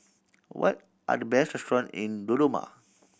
what are the best restaurant in Dodoma